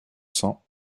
cents